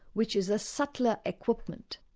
which is a subtler equipment.